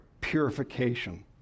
purification